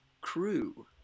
CREW